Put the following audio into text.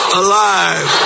alive